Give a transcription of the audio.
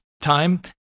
time